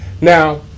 Now